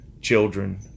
children